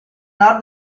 nord